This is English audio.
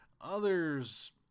others